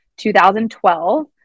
2012